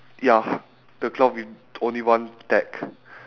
ya the cloth with only one tag